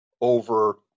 over